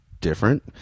different